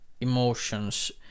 emotions